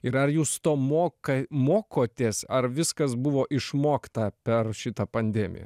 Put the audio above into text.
ir ar jūs to moka mokotės ar viskas buvo išmokta per šitą pandemiją